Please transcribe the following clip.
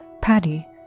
Patty